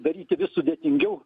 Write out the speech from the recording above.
daryti vis sudėtingiau